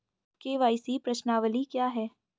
KYC प्रश्नावली क्या है?